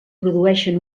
produeixen